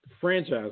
franchise